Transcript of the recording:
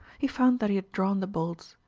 he found that he had drawn the bolts.